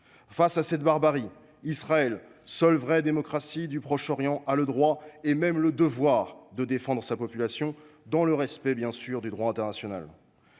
Face à cette barbarie, Israël, seule vraie démocratie du Proche Orient, a le droit, et même le devoir, de défendre sa population, dans le respect – bien sûr !– du droit international.